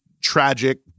tragic